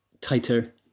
tighter